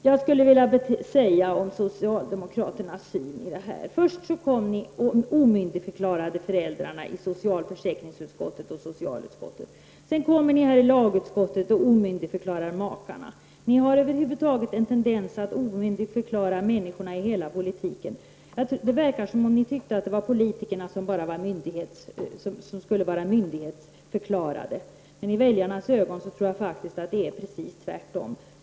När det gäller socialdemokraternas syn på den här frågan vill jag säga följande. Först omyndigförklarar ni i socialutskottet och socialförsäkringsutskottet föräldrarna, sedan omyndigförklarar ni i lagutskottet makarna. Ni har över huvud taget i hela politiken en tendens att omyndigförklara människorna. Det verkar som om ni tycker att det bara är politikerna som skall vara myndigförklarade. I väljarnas ögon tror jag faktiskt att det är precis tvärtom.